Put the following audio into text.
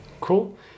Cool